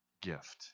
gift